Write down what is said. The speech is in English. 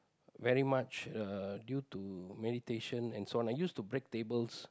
very much uh due to meditation and so on I used to break tables